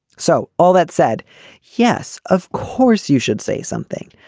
so all that said yes of course you should say something.